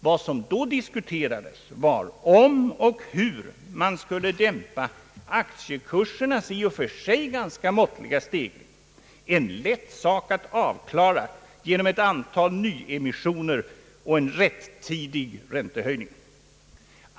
Vad som då diskuterades var om och hur man skulle dämpa aktiekursernas i och för sig ganska måttliga stegring — en lätt sak att avklara genom ett antal nyemissioner och en rätt-tidig räntehöjning.